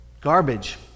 garbage